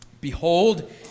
Behold